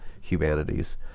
humanities